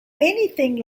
anything